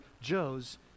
Joe's